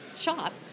shop